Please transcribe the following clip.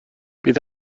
bydd